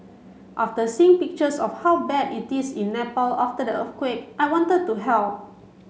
after seeing pictures of how bad it is in Nepal after the earthquake I wanted to help